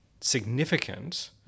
significant